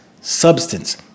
substance